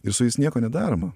ir su jais nieko nedaroma